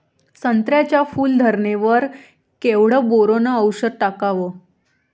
संत्र्याच्या फूल धरणे वर केवढं बोरोंन औषध टाकावं?